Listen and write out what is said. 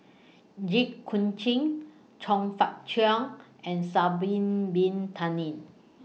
Jit Koon Ch'ng Chong Fah Cheong and Sha'Ari Bin Tadin